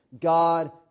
God